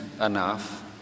enough